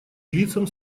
лицам